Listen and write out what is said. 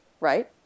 right